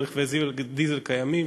על רכבי דיזל קיימים,